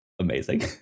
amazing